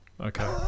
Okay